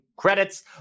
Credits